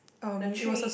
the tree